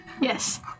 Yes